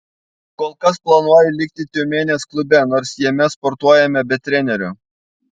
kol kas planuoju likti tiumenės klube nors jame sportuojame be trenerio